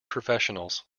professionals